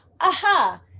Aha